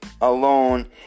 alone